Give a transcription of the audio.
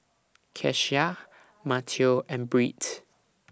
Keshia Matteo and Britt